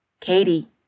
Katie